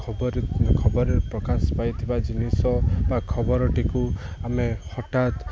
ଖବରେ ଖବରେ ପ୍ରକାଶ ପାଇଥିବା ଜିନିଷ ବା ଖବରଟିକୁ ଆମେ ହଠାତ୍